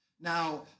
Now